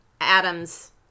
Adam's